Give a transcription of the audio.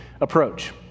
approach